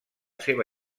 seva